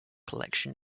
collection